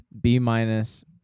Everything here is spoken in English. B-minus